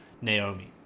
Naomi